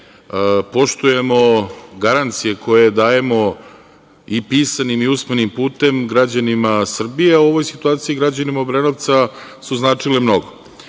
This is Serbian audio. poštujemo garancije koje dajemo i pisanim i usmenim putem građanima Srbije, a u ovoj situaciji građanima Obrenovca su značile mnogo. Naime,